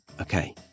Okay